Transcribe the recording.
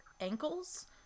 ankles